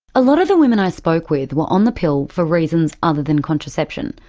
a lot of the women i spoke with were on the pill for reasons other than contraception,